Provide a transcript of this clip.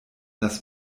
das